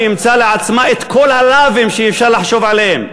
שאימצה לעצמה את כל הלאווים שאפשר לחשוב עליהם,